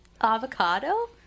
avocado